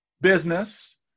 business